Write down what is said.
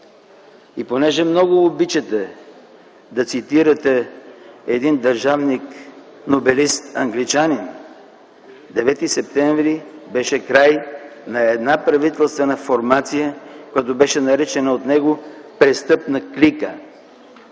И понеже много обичате да цитирате един държавник нобелист, англичанин, Девети септември беше край на една правителствена формация, която беше наричана от него „престъпна клика”.